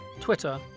Twitter